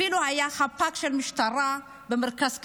אפילו היה חפ"ק של המשטרה במרכז הקליטה,